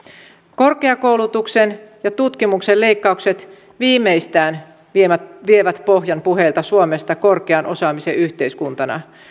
korkeakoulutuksen ja tutkimuksen leikkaukset viimeistään vievät vievät pohjan puheilta suomesta korkean osaamisen yhteiskuntana